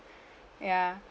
ya